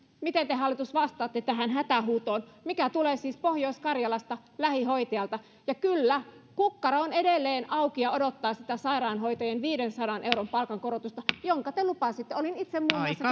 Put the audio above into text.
miten te hallitus vastaatte tähän hätähuutoon mikä tulee siis pohjois karjalasta lähihoitajalta ja kyllä kukkaro on edelleen auki ja odottaa sitä sairaanhoitajien viidensadan euron palkankorotusta jonka te lupasitte olin myös itse